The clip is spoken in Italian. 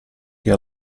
che